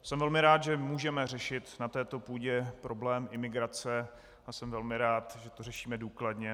Jsem velmi rád, že můžeme řešit na této půdě problém imigrace, a jsem velmi rád, že to řešíme důkladně.